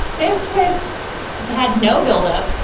this twist had no buildup.